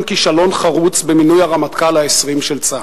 כישלון חרוץ במינוי הרמטכ"ל ה-20 של צה"ל.